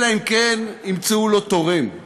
אלא אם כן ימצאו לו תורם,